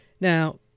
Now